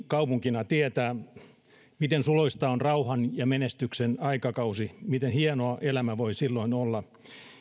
kaupunkina tietää miten suloista on rauhan ja menestyksen aikakausi miten hienoa elämä voi silloin olla